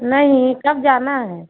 नहीं कब जाना है